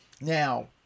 now